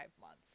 months